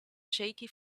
shaky